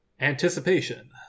Anticipation